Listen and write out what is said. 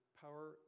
power